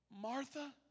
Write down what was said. Martha